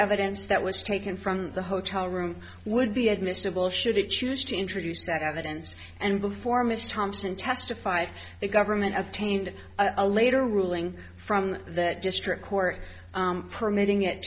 evidence that was taken from the hotel room would be admissible should it choose to introduce that evidence and before mr thompson testified the government obtained a later ruling from the district court permitting it